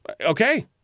Okay